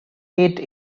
ate